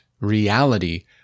reality